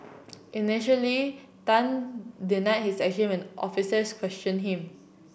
initially Tan denied his action when officers questioned him